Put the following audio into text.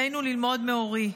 עלינו ללמוד מאורי,